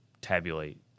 tabulate